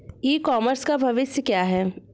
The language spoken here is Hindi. ई कॉमर्स का भविष्य क्या है?